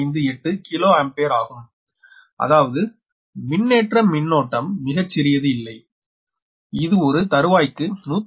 1658 kilo ampere ஆகும் அதாவது மின்னேற்ற மின்னோட்டம் மிக சிறியது இல்லை இது ஒரு தருவாய்க்கு 165